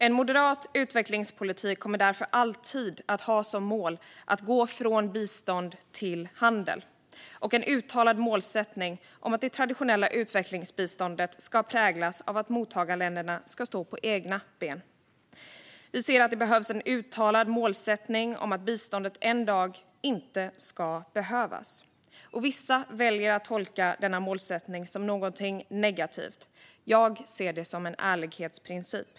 En moderat utvecklingspolitik kommer därför alltid att ha som mål att gå från bistånd till handel och en uttalad målsättning om att det traditionella utvecklingsbiståndet ska präglas av att mottagarländerna ska stå på egna ben. Vi ser att det behövs en uttalad målsättning om att biståndet en dag inte ska behövas. Vissa väljer att tolka denna målsättning som något negativt. Jag ser det som en ärlighetsprincip.